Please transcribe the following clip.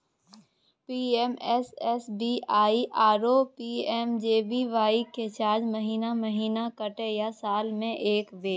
PMSBY आरो PMJBY के charge महीने महीना कटते या साल म एक बेर?